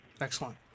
Excellent